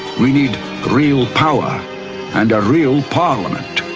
we need real power and a real parliament.